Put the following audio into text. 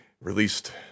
Released